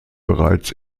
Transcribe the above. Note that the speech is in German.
bereits